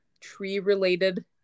tree-related